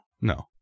No